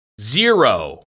zero